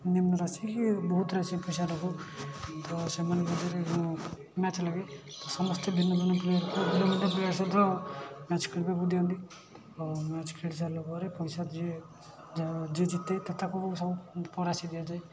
ନିମ୍ନ ରାଶିକି ବହୁତ ରାଶି ପଇସା ଲଗାଉ ତ ସେମାନଙ୍କ ମଧ୍ୟରେ ଯେଉଁ ମ୍ୟାଚ୍ ଲାଗେ ତ ସମସ୍ତେ ଭିନ୍ନ ଭିନ୍ନ ପ୍ଲେୟାର୍ ଭିନ୍ନ ଭିନ୍ନ ପ୍ଲେୟାର୍ ସହିତ ମ୍ୟାଚ୍ ଖେଳିବାକୁ ଦିଅନ୍ତି ତ ମ୍ୟାଚ୍ ଖେଳିସାରିଲା ପରେ ପଇସା ଯିଏ ଯିଏ ଜିତେ ତ ତାକୁ ସବୁ ରାଶି ଦିଆଯାଏ